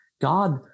God